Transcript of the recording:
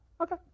Okay